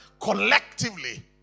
collectively